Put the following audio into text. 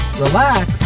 relax